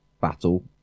battle